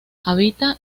habita